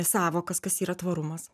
sąvokas kas yra tvarumas